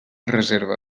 reserva